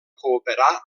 cooperar